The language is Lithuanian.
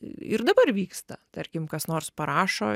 ir dabar vyksta tarkim kas nors parašo